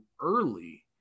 early